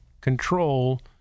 control